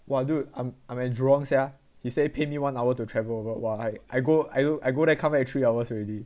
!wah! dude I'm I'm at jurong sia he say pay me one hour to travel over !wah! I I go I go I go there come back three hours already